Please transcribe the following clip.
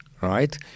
right